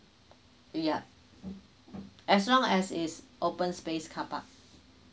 yup as long as is open space car park